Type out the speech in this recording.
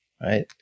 Right